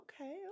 okay